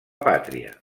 pàtria